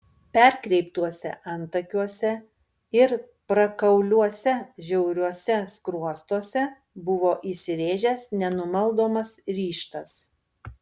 perkreiptuose antakiuose ir prakauliuose žiauriuose skruostuose buvo įsirėžęs nenumaldomas ryžtas